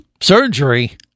Surgery